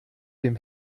dem